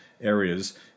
areas